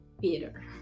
Peter